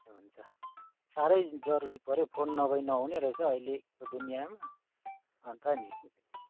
हुन्छ हुन्छ साह्रै जरुरी पऱ्यो हौ फोन नभइ नहुने रहेछ अहिलेको दुनियाँमा अन्त नि